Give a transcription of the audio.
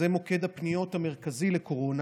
זה מוקד הפניות המרכזי לקורונה.